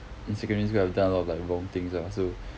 in secondary school I've done a lot of like wrong things lah so